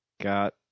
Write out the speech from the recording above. got